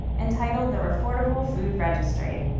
entitled the reportable food registry,